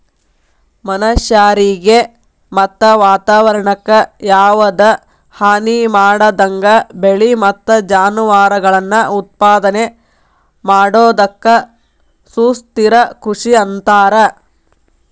ಮನಷ್ಯಾರಿಗೆ ಮತ್ತ ವಾತವರಣಕ್ಕ ಯಾವದ ಹಾನಿಮಾಡದಂಗ ಬೆಳಿ ಮತ್ತ ಜಾನುವಾರಗಳನ್ನ ಉತ್ಪಾದನೆ ಮಾಡೋದಕ್ಕ ಸುಸ್ಥಿರ ಕೃಷಿ ಅಂತಾರ